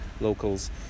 locals